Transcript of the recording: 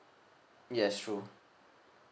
yes true